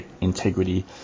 integrity